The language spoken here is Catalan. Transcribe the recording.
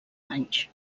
anys